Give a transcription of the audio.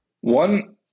One